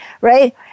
right